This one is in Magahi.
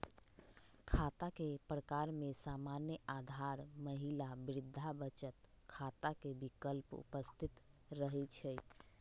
खता के प्रकार में सामान्य, आधार, महिला, वृद्धा बचत खता के विकल्प उपस्थित रहै छइ